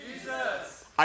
Jesus